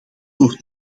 wordt